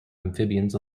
amphibians